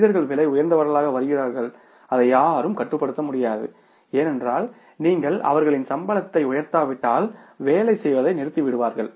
மனிதர்கள் விலை உயர்ந்தவர்களாக வருகிறார்கள் அதை யாரும் கட்டுப்படுத்த முடியாது ஏனென்றால் நீங்கள் அவர்களின் சம்பளத்தை உயர்த்தாவிட்டால் வேலை செய்வதை நிறுத்திவிடுவார்கள்